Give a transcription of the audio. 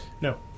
no